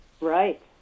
right